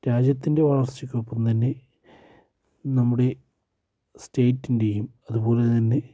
രാജ്യത്തിൻ്റെ വളർച്ചയ്ക്കൊപ്പം തന്നെ നമ്മുടെ സ്റ്റേറ്റിൻ്റെയും അതുപോലെതന്നെ